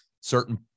certain